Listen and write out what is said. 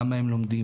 למה הם לומדים,